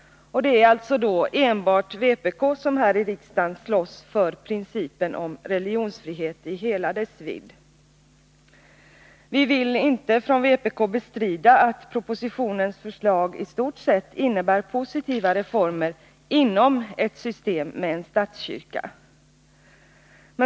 Det är då alltså enbart vpk som här i riksdagen slåss för principen om religionsfrihet i hela dess vidd. Vi i vpk vill inte bestrida att propositionens förslag i stort sett innebär positiva reformer inom ett system med en statskyrka.